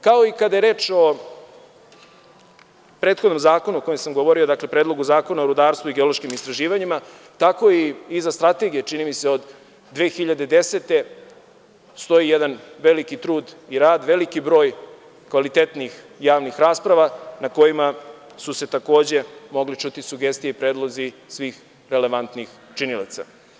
Kao i kada je reč o prethodnom zakonu o kojem sam govorio, Predlogu Zakona o rudarstvu i geološkim istraživanjima, tako i za strategije, čini mi se, od 2010. godine, stoji jedan veliki trud i rad, veliki broj kvalitetnih javnih rasprava na kojima su se takođe mogle čuti sugestije i predlozi svih relevantnih činilaca.